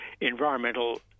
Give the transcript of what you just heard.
environmental